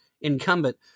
incumbent